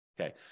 Okay